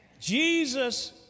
Jesus